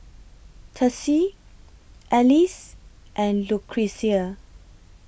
Tessie Alease and Lucretia